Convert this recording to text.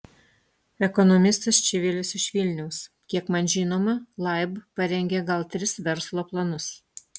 ekonomistas čivilis iš vilniaus kiek man žinoma laib parengė gal tris verslo planus